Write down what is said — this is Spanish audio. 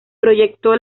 proyectó